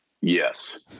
Yes